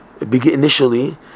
initially